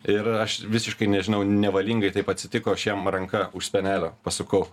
ir aš visiškai nežinau nevalingai taip atsitiko aš jam ranka už spenelio pasukau